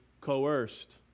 coerced